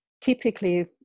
typically